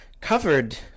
covered